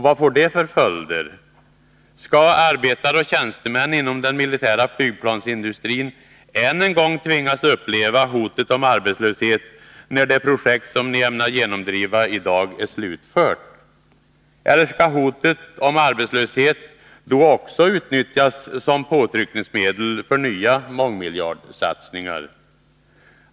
Vad får det för följder? Skall arbetare och tjänstemän inom den militära flygplansindustrin än en gång tvingas uppleva hotet om arbetslöshet, när det projekt som ni ämnar genomdriva i dag är slutfört? Eller skall hotet om arbetslöshet också då utnyttjas som påtryckningsmedel för nya mångmiljardsatsningar?